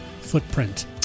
footprint